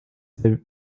they